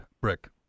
Brick